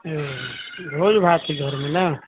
ओ भोज भात हय घरमे न